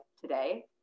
today